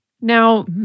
Now